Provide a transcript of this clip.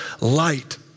light